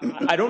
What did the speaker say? and i don't